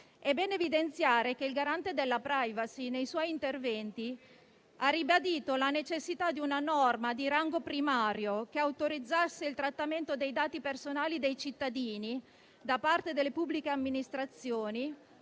È bene evidenziare che il Garante della *privacy* nei suoi interventi ha ribadito la necessità di una norma di rango primario che autorizzasse il trattamento dei dati personali dei cittadini da parte delle pubbliche amministrazioni,